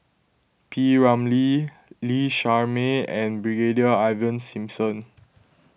P Ramlee Lee Shermay and Brigadier Ivan Simson